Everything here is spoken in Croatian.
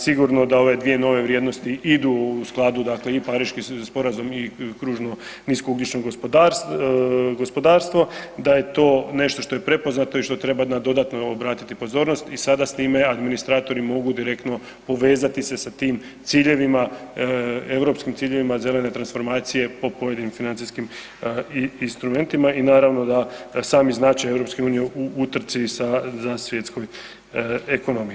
Sigurno da ove dvije nove vrijednosti idu u skladu dakle i Pariški sporazum i kružno niskougljično gospodarstvo, da je to nešto što je prepoznato i što treba na dodatno obratiti pozornost i sada s time administratori mogu direktno povezati se sa tim ciljevima, europskim ciljevima zelene transformacije po pojedinim financijskim instrumentima i naravno da sami značaj EU u utrci za svjetsku ekonomiju.